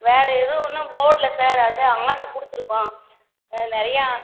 வேறு எதுவும் இன்னும் போடல சார் அதுவே ஆட்ரு கொடுத்துருக்கோம் நிறையா